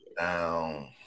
down